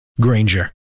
Granger